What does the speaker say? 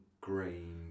green